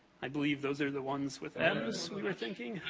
i believe those are the ones with and ms, we were thinking.